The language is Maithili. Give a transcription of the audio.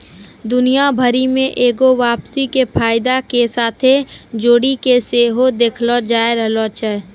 दुनिया भरि मे एगो वापसी के फायदा के साथे जोड़ि के सेहो देखलो जाय रहलो छै